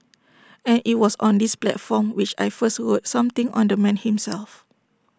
and IT was on this platform which I first wrote something on the man himself